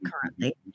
currently